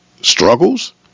struggles